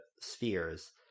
spheres